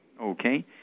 Okay